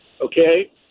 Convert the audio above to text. Okay